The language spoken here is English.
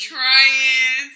Trying